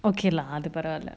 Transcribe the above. okay lah அது பரவால:athu paravala